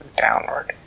downward